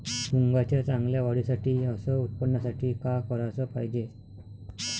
मुंगाच्या चांगल्या वाढीसाठी अस उत्पन्नासाठी का कराच पायजे?